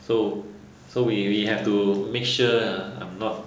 so so we we have to make sure ha I'm not